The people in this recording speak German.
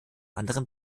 anderem